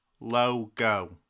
logo